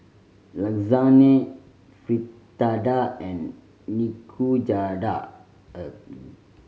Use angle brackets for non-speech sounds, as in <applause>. Lasagne Fritada and Nikujaga <hesitation>